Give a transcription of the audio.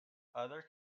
other